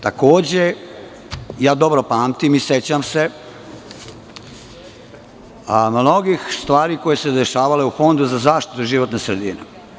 Takođe, dobro pamtim i sećam se mnogih stvari koje su se dešavale u Fondu za zaštitu životne sredine.